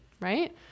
right